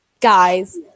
guys